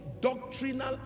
doctrinal